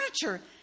furniture